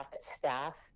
staff